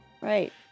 Right